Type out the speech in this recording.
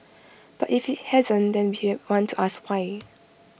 but if IT hasn't then we want to ask why